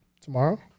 Tomorrow